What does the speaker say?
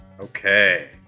Okay